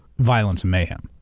violence and mayhem.